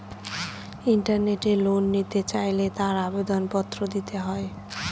ইন্টারনেটে লোন নিতে চাইলে তার আবেদন পত্র দিতে হয়